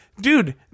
Dude